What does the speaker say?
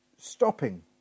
Stopping